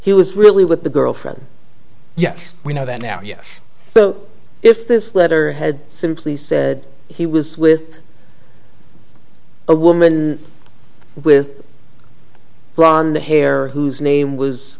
he was really with the girlfriend yes we know that now yes so if this letter had simply said he was with a woman with blond hair whose name was